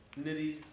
Nitty